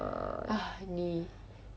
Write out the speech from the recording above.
ah 你